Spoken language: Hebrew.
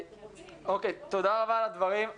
תודה רבה על הדברים.